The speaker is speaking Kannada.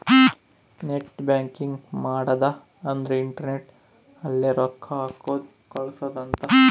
ನೆಟ್ ಬ್ಯಾಂಕಿಂಗ್ ಮಾಡದ ಅಂದ್ರೆ ಇಂಟರ್ನೆಟ್ ಅಲ್ಲೆ ರೊಕ್ಕ ಹಾಕೋದು ಕಳ್ಸೋದು ಅಂತ